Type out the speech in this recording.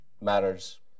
matters